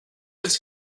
its